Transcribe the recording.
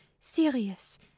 serious